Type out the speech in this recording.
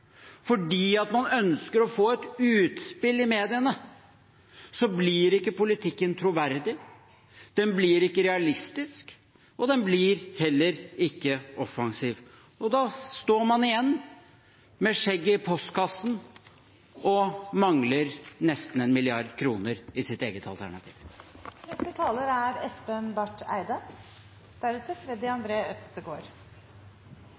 man ønsker å få et utspill i mediene, blir ikke politikken troverdig, den blir ikke realistisk, og den blir heller ikke offensiv. Da står man igjen med skjegget i postkassen og mangler nesten 1 mrd. kr i eget